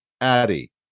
Addy